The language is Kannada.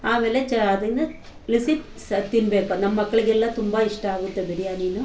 ಆಮೇಲೆ ಚ ಅದನ್ನು ಬಿಸ್ಬಿಸಿ ಆಗಿ ತಿನ್ನಬೇಕು ಅದು ನಮ್ಮ ಮಕ್ಳಿಗೆಲ್ಲ ತುಂಬ ಇಷ್ಟ ಆಗುತ್ತೆ ಬಿರಿಯಾನಿಯು